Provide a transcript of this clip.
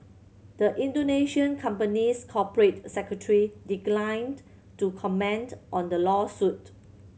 the Indonesian company's corporate secretary declined to comment on the lawsuit